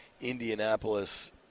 indianapolis